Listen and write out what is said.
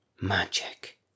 Magic